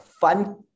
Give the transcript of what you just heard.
fun